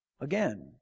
Again